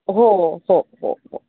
हो हो हो हो